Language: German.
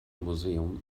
museum